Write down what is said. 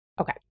Okay